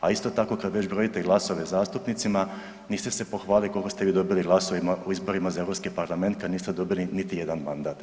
A isto tako kad već brojite glasove zastupnicima, niste se vi pohvalili koliko ste vi dobili glasova u izborima za Europski parlament kad niste dobili niti jedan mandat.